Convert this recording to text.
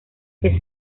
que